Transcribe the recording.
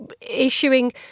issuing